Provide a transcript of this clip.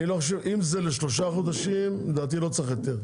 אם זה לשלושה חודשים לדעתי לא צריך היתר.